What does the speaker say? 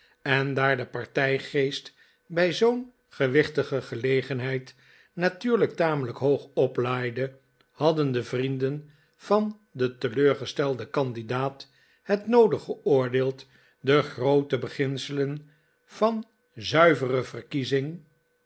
en daar de partijgeest bij zoo'n gewichtige gelegenheid natuurlijk tamelijk hoog oplaaide hadden de vrienden van den teleurgestelden candidaat het noodig geoordeeld de groote beginselen van zuivere verkiezing